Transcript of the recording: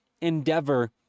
endeavor